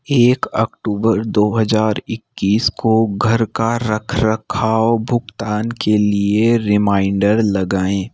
एक अक्टूबर दो हजार इक्कीस को घर का रख रखाव भुगतान के लिए रिमाइंडर लगाएँ